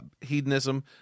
hedonism